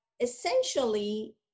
Essentially